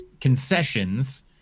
concessions